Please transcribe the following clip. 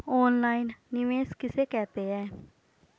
Online निवेश किसे कहते हैं?